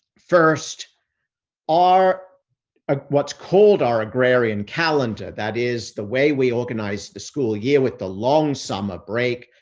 first are ah what's called our agrarian calendar, that is the way we organize the school year with the long summer break,